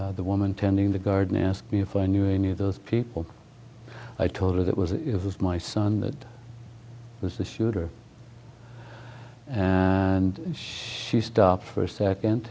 the woman tending the garden asked me if i knew any of those people i told her that was it was my son that was the shooter and she stopped for a second